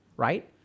Right